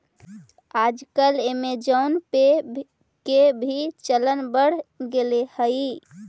आजकल ऐमज़ान पे के भी चलन बढ़ गेले हइ